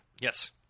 Yes